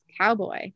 cowboy